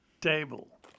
table